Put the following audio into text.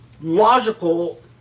logical